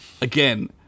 Again